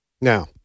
Now